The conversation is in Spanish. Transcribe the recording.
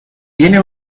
tiene